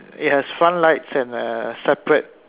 it has front lights and a separate